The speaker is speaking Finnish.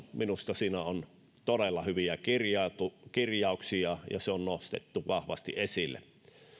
minusta hallitusohjelmassa on siitä todella hyviä kirjauksia ja se on nostettu vahvasti esille